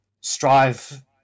strive